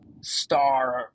star